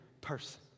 person